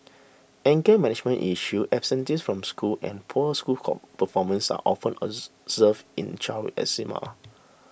anger management issues absenteeism from school and poor school performance are often observed in child eczema